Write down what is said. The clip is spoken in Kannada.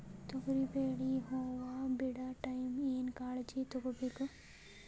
ತೊಗರಿಬೇಳೆ ಹೊವ ಬಿಡ ಟೈಮ್ ಏನ ಕಾಳಜಿ ತಗೋಬೇಕು?